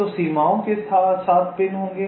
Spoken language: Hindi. तो सीमाओं के साथ पिन होंगे